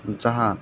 ᱡᱟᱦᱟᱸ